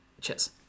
Cheers